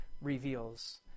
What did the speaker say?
reveals